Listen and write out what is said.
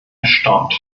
erstaunt